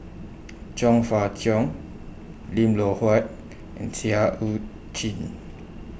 Chong Fah Cheong Lim Loh Huat and Seah EU Chin